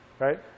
Right